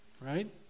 right